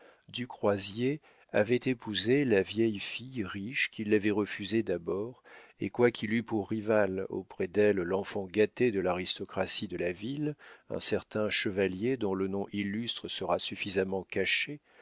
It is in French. du croisier avait épousé la vieille fille riche qui l'avait refusé d'abord et quoiqu'il eût pour rival auprès d'elle l'enfant gâté de l'aristocratie de la ville un certain chevalier dont le nom illustre sera suffisamment caché